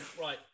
Right